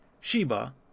Sheba